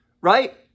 right